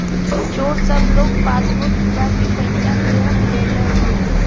चोर सब लोग के पासवर्ड चुरा के पईसा लूट लेलेन